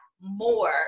more